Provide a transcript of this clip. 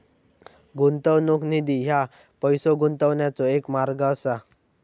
गुंतवणूक निधी ह्या पैसो गुंतवण्याचो एक मार्ग असा